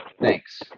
Thanks